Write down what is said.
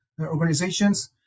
organizations